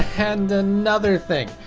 and another thing!